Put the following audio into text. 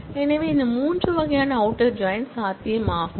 எனவே இந்த மூன்று வகையான அவுட்டர் ஜாயின் சாத்தியமாகும்